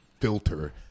filter